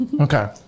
Okay